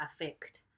affect